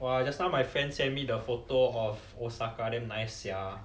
!wah! just now my friend send me the photo of osaka damn nice sia